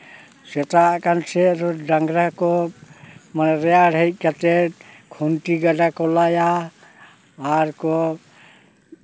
ᱥᱮᱛᱟᱜ ᱟᱠᱟᱱ ᱥᱮ ᱟᱨᱚ ᱰᱟᱝᱨᱟ ᱠᱚ ᱨᱮᱭᱟᱲ ᱦᱮᱡ ᱠᱟᱛᱮ ᱠᱷᱩᱱᱴᱤ ᱜᱟᱰᱟ ᱠᱚ ᱞᱟᱭᱟ ᱟᱨ ᱠᱚ